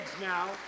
now